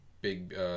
Big